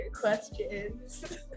questions